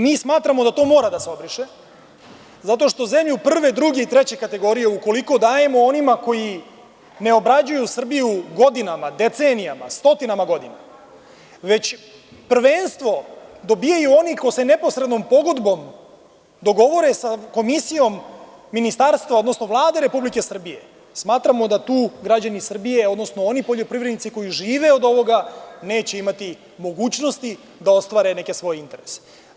Mi smatramo da to mora da se obriše, zato što zemlju prve, druge i treće kategorije, ukoliko dajemo onima koji ne obrađuju Srbiju godinama, decenijama, stotinama godina, već prvenstvo dobijaju oni koji se neposrednom pogodbom dogovore sa komisijom ministarstva, odnosno Vlade Republike Srbije, smatramo da tu građani Srbije, odnosno oni poljoprivrednici koji žive od ovoga neće imati mogućnosti da ostvare neke svoje interese.